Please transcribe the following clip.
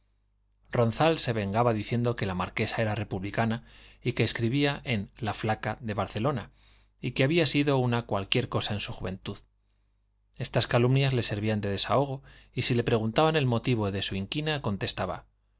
ronzal se vengaba diciendo que la marquesa era republicana y que escribía en la flaca de barcelona y que había sido una cualquier cosa en su juventud estas calumnias le servían de desahogo y si le preguntaban el motivo de su inquina contestaba